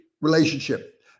relationship